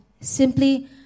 simply